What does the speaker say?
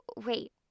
Wait